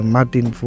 Martin